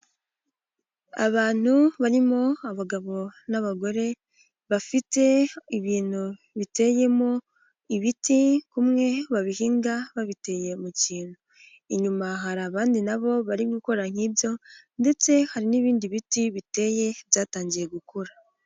Abantu barimo abagabo n'abagore bafite ibintu biteyemo ibiti kumwe babihinga babiteye mu kintu. Inyuma hari abandi nabo bari gukora nk'ibyo ndetse hari n'ibindi biti biteye byatangiye gukura.